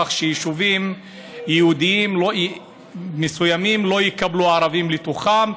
ועל כך שיישובים יהודיים מסוימים לא יקבלו ערבים לתוכם.